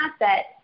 asset